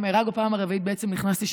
ורק בפעם הרביעית נכנסתי,